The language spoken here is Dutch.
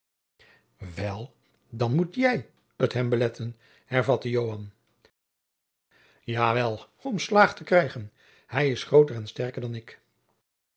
wel dan moet jij het hem beletten hervatte joan ja wél om slaag te krijgen hij is grooter en sterker dan ik